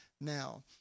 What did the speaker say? now